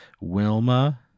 Wilma